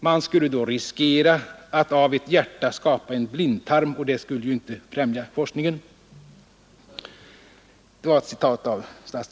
Man skulle då riskera att av ett hjärta skapa en blindtarm, och det skulle ju inte främja forskningen.